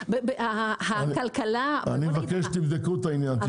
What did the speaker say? אני מבקש תבדקו את העניין,